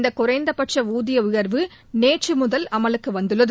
இந்த குறைந்தபட்ச ஊதிய உயர்வு நேற்று முதல் அமலுக்கு வந்துள்ளது